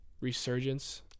resurgence